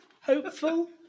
Hopeful